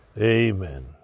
Amen